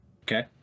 Okay